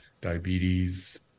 diabetes